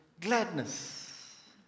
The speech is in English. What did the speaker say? gladness